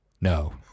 No